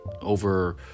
over